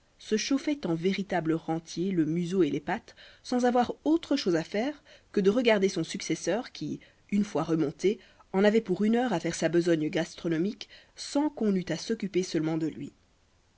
se chauffait en véritable rentier le museau et les pattes sans avoir autre chose à faire que de regarder son successeur qui une fois remonté en avait pour une heure à faire sa besogne gastronomique sans qu'on eût à s'occuper seulement de lui